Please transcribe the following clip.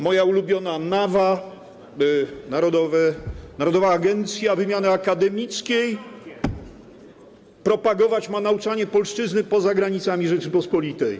Moja ulubiona NAWA - Narodowa Agencja Wymiany Akademickiej, propagować ma nauczanie polszczyzny poza granicami Rzeczypospolitej.